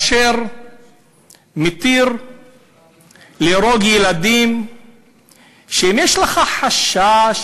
אשר מתיר להרוג ילדים שיש לך חשש,